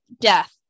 death